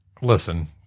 Listen